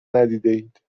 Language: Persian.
ندیدهاید